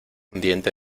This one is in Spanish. diente